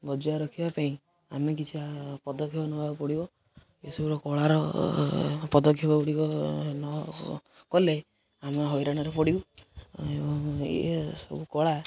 ବଜାୟ ରଖିବା ପାଇଁ ଆମେ କିଛି ପଦକ୍ଷେପ ନେବାକୁ ପଡ଼ିବ ଏସବୁୁର କଳାର ପଦକ୍ଷେପ ଗୁଡ଼ିକ ନ କଲେ ଆମେ ହଇରାଣରେ ପଡ଼ିବ ଏସବୁ କଳା